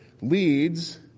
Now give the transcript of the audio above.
leads